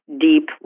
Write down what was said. deep